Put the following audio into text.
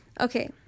okay